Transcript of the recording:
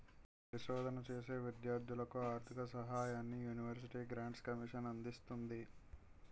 పరిశోధన చేసే విద్యార్ధులకు ఆర్ధిక సహాయాన్ని యూనివర్సిటీ గ్రాంట్స్ కమిషన్ అందిస్తుంది